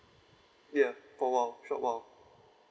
ya for while short while